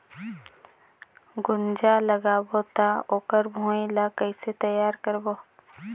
गुनजा लगाबो ता ओकर भुईं ला कइसे तियार करबो?